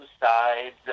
sides